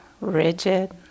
rigid